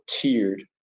tiered